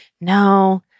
No